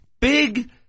big